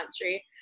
country